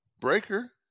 Breaker